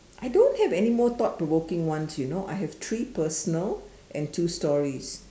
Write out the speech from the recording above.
I don't have anymore thought provoking ones you know I have three personal and two stories